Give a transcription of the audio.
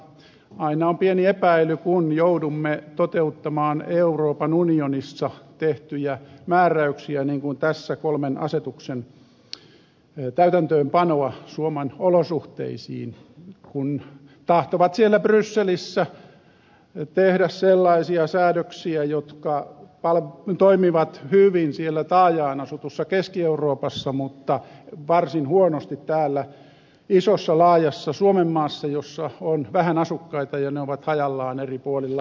mutta aina on pieni epäily kun joudumme toteuttamaan euroopan unionissa tehtyjä määräyksiä niin kuin tässä kolmen asetuksen täytäntöönpanoa suomen olosuhteisiin kun tahtovat siellä brysselissä tehdä sellaisia säädöksiä jotka toimivat hyvin siellä taajaan asutussa keski euroopassa mutta varsin huonosti täällä isossa laajassa suomenmaassa jossa on vähän asukkaita ja ne ovat hajallaan eri puolilla maata